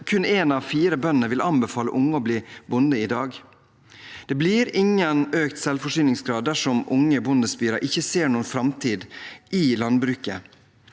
kun én av fire bønder vil anbefale unge å bli bonde i dag. Det blir ingen økt selvforsyningsgrad dersom unge bondespirer ikke ser noen framtid i landbruket.